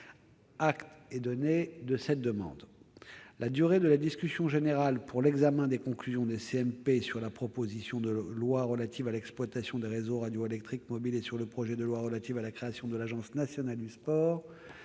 Acte est donné de cette demande. La durée de la discussion générale pour l'examen des conclusions des commissions mixtes paritaires sur la proposition de loi relative à l'exploitation des réseaux radioélectriques mobiles et sur le projet de loi relatif à la création de l'Agence nationale du sport